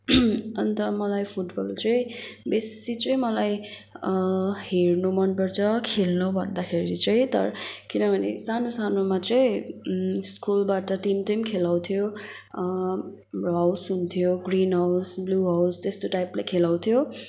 अन्त मलाई फुटबल चाहिँ बेसी चाहिँ मलाई हेर्नु मनपर्छ खेल्नु भन्दाखेरि चाहिँ तर किनभने सानो सानोमा चाहिँ स्कुलबाट टिम टिम खेलाउँथ्यो हाउस हुन्थ्यो ग्रिन हाउस ब्लु हाउस त्यस्तो टाइपले खेलाउँथ्यो